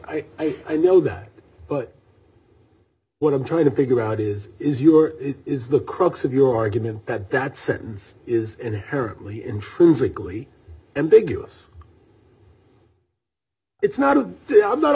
like i i know that but what i'm trying to figure out is is your it is the crux of your argument that that sentence is inherently intrinsically ambiguous it's not a i'm not